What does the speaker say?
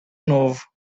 novo